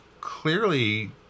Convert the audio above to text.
clearly